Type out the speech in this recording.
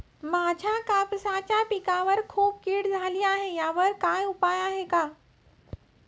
माझ्या कापसाच्या पिकावर खूप कीड झाली आहे यावर काय उपाय आहे का?